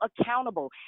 accountable